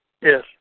Yes